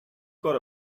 got